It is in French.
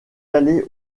allé